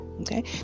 Okay